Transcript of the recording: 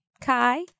Kai